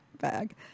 bag